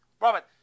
Robert